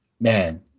man